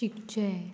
शिकचें